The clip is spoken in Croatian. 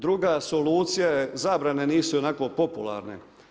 Druga solucija je zabrane, nisu ionako popularne.